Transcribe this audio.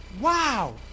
Wow